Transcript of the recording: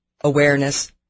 awareness